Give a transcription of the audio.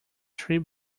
three